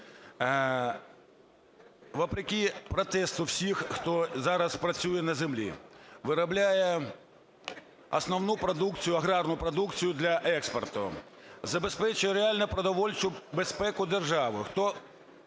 вопреки протесту всіх, хто зараз працює на землі, виробляє основну продукцію, аграрну продукцію для експорту, забезпечує реальну продовольчу безпеку держави,